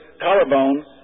collarbone